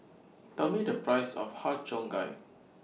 Tell Me The Price of Har Cheong Gai